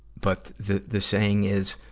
but, the, the saying is